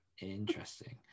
interesting